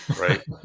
right